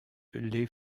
les